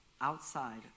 outside